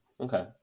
Okay